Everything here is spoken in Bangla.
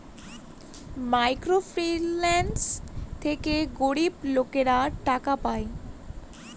মাইক্রো ফিন্যান্স থেকে গরিব লোকেরা টাকা পায়